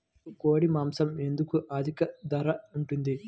నాకు కోడి మాసం ఎందుకు అధిక ధర ఉంటుంది?